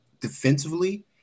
defensively